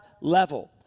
level